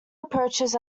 approaches